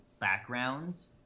backgrounds